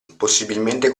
possibilmente